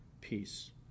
peace